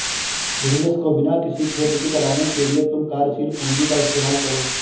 business को बिना किसी खेद के चलाने के लिए तुम कार्यशील पूंजी का इस्तेमाल करो